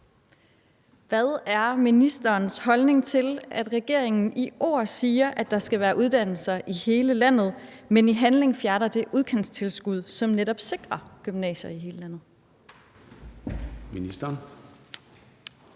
Hvad er ministerens holdning til, at regeringen i ord siger, at der skal være uddannelser i hele landet, men i handling fjerner det udkantstilskud, som netop sikrer gymnasier i hele landet? Formanden